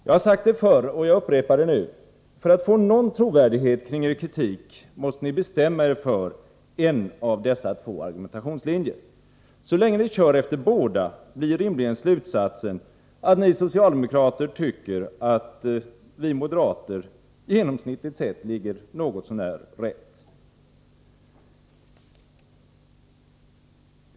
Jag har sagt det förr, och jag upprepar det nu: För att få någon trovärdighet kring er kritik måste ni bestämma er för en av dessa två argumentationslinjer. Så länge ni kör efter båda, blir rimligen slutsatsen att ni socialdemokrater tycker att vi moderater genomsnittligt sett ligger något så när rätt.